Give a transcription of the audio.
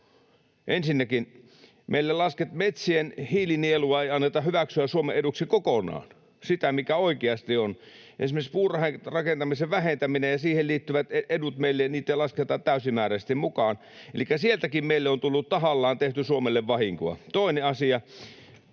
Ensinnäkin metsien hiilinielua ei anneta hyväksyä Suomen eduksi kokonaan, sitä, mikä oikeasti on. Esimerkiksi puurakentamiseen liittyviä etuja ei lasketa meille täysimääräisesti mukaan, elikkä sieltäkin meille on tullut, tahallaan tehty Suomelle vahinkoa. Toinen asia: